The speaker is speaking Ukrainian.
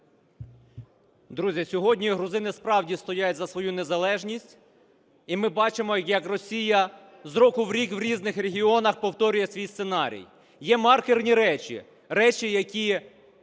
Друзі, сьогодні грузини, справді, стоять за свою незалежність, і ми бачимо, як Росія з року в рік в різних регіонах повторює свій сценарій. Є маркерні речі – речі, які